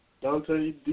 Dante